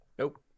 Nope